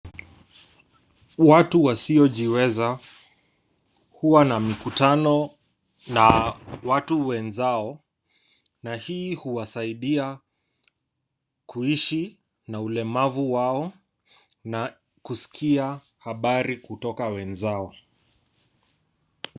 Watu wasiojiweza huwa na mikutano na watu wenzao na hii huwasaidia kuishi na ulemavu wao na kusikia habari kutoka wenzao.